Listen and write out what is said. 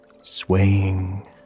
swaying